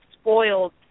spoiled